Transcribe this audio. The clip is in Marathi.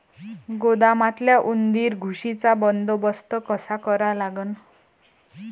गोदामातल्या उंदीर, घुशीचा बंदोबस्त कसा करा लागन?